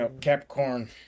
Capricorn